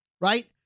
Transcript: right